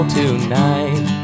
tonight